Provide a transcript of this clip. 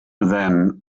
then